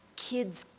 kids,